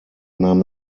nahm